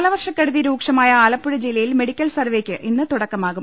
കാലവർഷക്കെടുതി രൂക്ഷമായ ആലപ്പുഴ ജില്ലയിൽ മെഡിക്കൽ സർവ്വേയ്ക്ക് ഇന്ന് തുടക്കമാകും